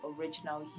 original